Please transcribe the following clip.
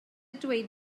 dweud